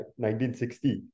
1960